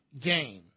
game